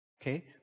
Okay